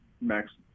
max